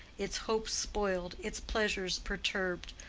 its hopes spoiled, its pleasures perturbed,